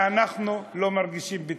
ואנחנו לא מרגישים ביטחון.